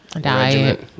Diet